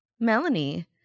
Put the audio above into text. Melanie